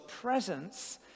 presence